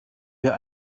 wir